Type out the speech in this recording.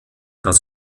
das